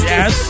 Yes